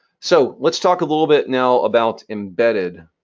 so, let's talk a little bit now about embedded.